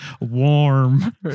warm